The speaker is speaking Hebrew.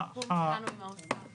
זה הסיכום שלנו עם האוצר.